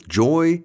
joy